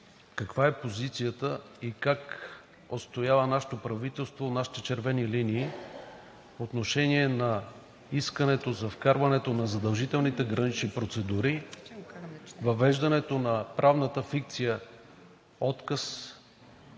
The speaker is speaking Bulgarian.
каква е позицията и как нашето правителство отстоява нашите червени линии по отношение искането за вкарването на задължителните гранични процедури, въвеждането на правната фикция – отказ